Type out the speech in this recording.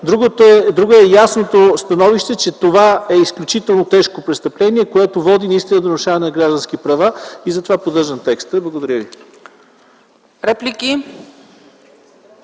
друго е ясното становище, че това е изключително тежко престъпление, водещо наистина до нарушаване на граждански права. Затова поддържам текста. Благодаря ви.